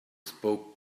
spoke